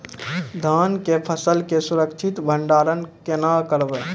धान के फसल के सुरक्षित भंडारण केना करबै?